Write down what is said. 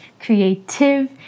creative